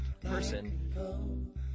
person